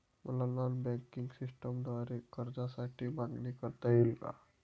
मला non banking सिस्टमद्वारे कर्जासाठी मागणी करता येईल का?